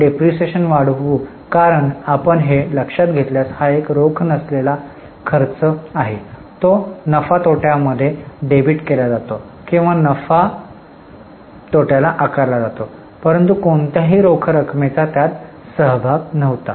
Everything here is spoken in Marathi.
आपण डेप्रिसिएशन वाढवू कारण आपण हे लक्षात घेतल्यास हा एक रोख नसलेला खर्च आहे तो नफा तोटा मध्ये डेबिट केला जातो किंवा तो नफा तोटाला आकारला जातो परंतु कोणत्याही रोख रकमेचा त्यात सहभाग नव्हता